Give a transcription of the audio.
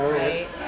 right